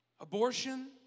Abortion